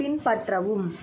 பின்பற்றவும்